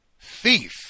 Thief